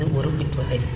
இது ஒரு பிட் வகை